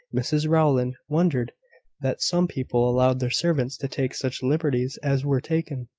mrs rowland wondered that some people allowed their servants to take such liberties as were taken